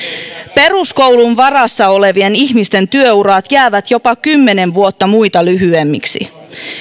peruskoulun varassa olevien ihmisten työurat jäävät jopa kymmenen vuotta muita lyhyemmiksi